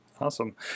awesome